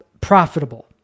profitable